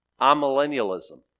amillennialism